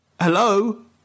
Hello